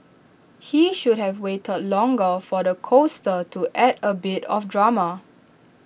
he should have waited longer for the coaster to add A bit of drama